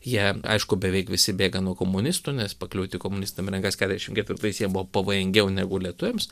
jie aišku beveik visi bėga nuo komunistų nes pakliūti komunistam į rankas keturiasdešimt ketvirtais jiem buvo pavojingiau negu lietuviams